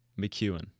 McEwen